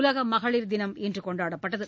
உலக மகளிர்தினம் இன்று கொண்டாடப்பட்டது